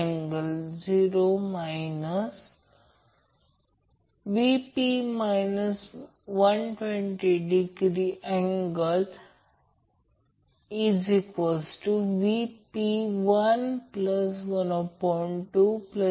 आता balanced Y connection balanced Y connected source आणि balanced Y connected load